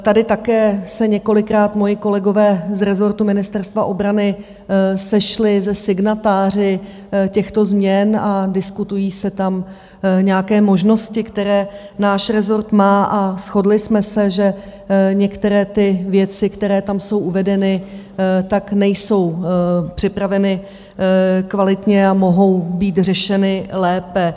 Tady také se několikrát moji kolegové z rezortu Ministerstva obrany sešli se signatáři těchto změn a diskutují se tam nějaké možnosti, které náš rezort má, a shodli jsme se, že některé ty věci, které tam jsou uvedeny, nejsou připraveny kvalitně a mohou být řešeny lépe.